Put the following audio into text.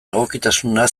egokitasuna